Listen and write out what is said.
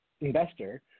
investor